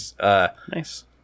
Nice